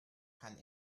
kann